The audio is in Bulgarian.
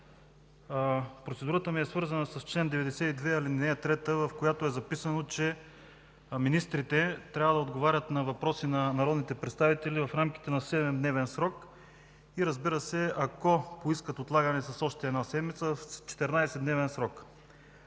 Процедурата ми е свързана с чл. 92, ал. 3, в която се записано, че министрите трябва да отговарят на въпроси на народните представители в рамките на 7-дневен срок, а ако поискат отлагане с още една седмица – в 14-дневен срок.